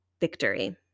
victory